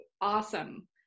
awesome